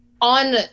on